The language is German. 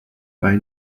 bei